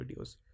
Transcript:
videos